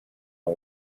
and